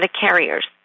carriers